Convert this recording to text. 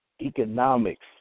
Economics